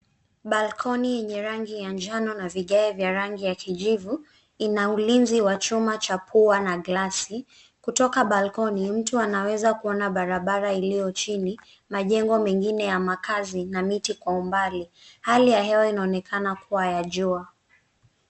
Balkoni yenye rangi ya njano na vigae vya rangi ya kijivu ina ulinzi wa chumacha pua na glasi. Kutoka balkoni, mtu anaweza kuona barabara iliyo chini, majengo mengine ya makazi na miti kwa umbali. Hali ya hewa inaonekana kuwa ya jua.